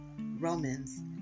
Romans